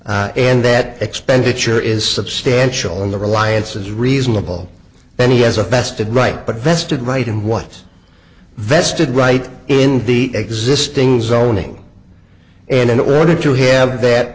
issued and that expenditure is substantial and the reliance is reasonable and he has a vested right but vested right and once vested right in the existing zoning and in order to have that